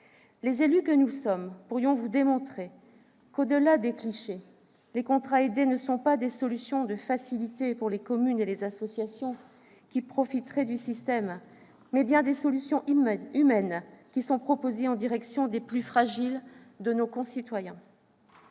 les élus que nous sommes pourraient vous démontrer qu'au-delà des clichés, les contrats aidés ne sont pas des solutions de facilité pour les communes et les associations qui profiteraient du système, mais bien des solutions humaines, qui sont proposées aux plus fragiles de nos concitoyens.